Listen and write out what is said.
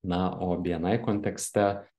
na o bni kontekste